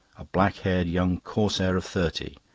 a black-haired young corsair of thirty,